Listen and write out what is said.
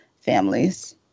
families